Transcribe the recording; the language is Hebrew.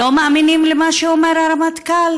או שלא מאמינים למה שאומר הרמטכ"ל,